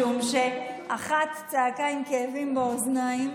משום שאחת צעקה עם כאבים באוזניים,